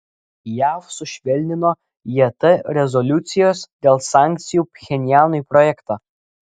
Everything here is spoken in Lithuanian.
jav sušvelnino jt rezoliucijos dėl sankcijų pchenjanui projektą